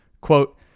Quote